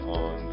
on